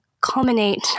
culminate